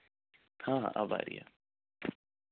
हां हां अब आरी ऐ